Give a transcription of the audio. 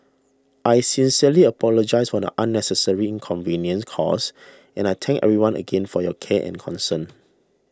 I sincerely apologise for the unnecessary inconveniences caused and I thank everyone again for your care and concern